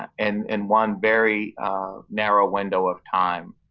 and in one very narrow window of time.